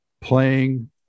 playing